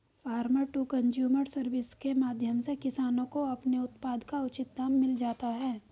farmer to consumer service के माध्यम से किसानों को अपने उत्पाद का उचित दाम मिल जाता है